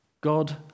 God